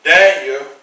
Daniel